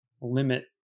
limit